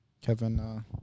Kevin